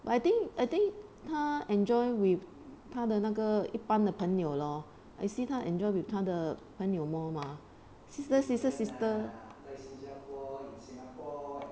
but I think I think 他 enjoy with 他的那个一般的朋友 lor I see 他 enjoy with 他的朋友 more mah sister sister sister